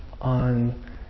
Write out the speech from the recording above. on